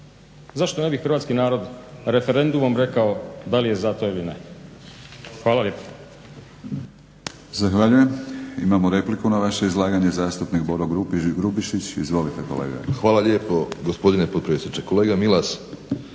zašto ne bi hrvatski narod referendumom rekao da li je za to ili ne. Hvala lijepa.